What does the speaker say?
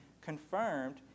confirmed